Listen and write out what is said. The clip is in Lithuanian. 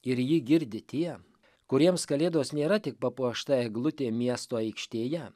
ir jį girdi tie kuriems kalėdos nėra tik papuošta eglutė miesto aikštėje